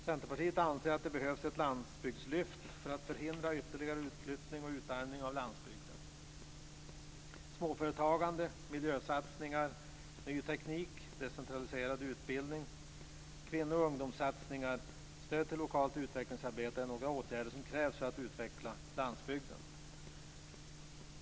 Centerpartiet anser att det behövs ett landsbygdslyft för att förhindra ytterligare utflyttning och utarmning av landsbygden. Småföretagande, miljösatsningar, ny teknik, decentraliserad utbildning, kvinno och ungdomssatsningar och stöd till lokalt utvecklingsarbete är några åtgärder som krävs för att utveckla landsbygden.